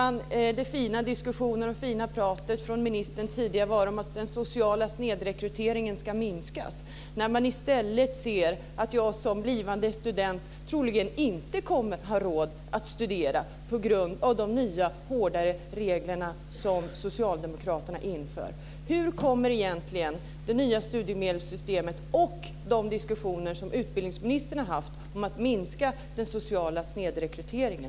Ministern har tidigare talat väl om hur den sociala snedrekryteringen ska minskas, men i stället ser tilltänkta blivande studenter att de troligen inte kommer att ha råd att studera på grund av de nya och hårdare regler som socialdemokraterna inför. Hur går egentligen det nya studiemedelssystemet ihop med de diskussioner som utbildningsministern har fört om att minska den sociala snedrekryteringen?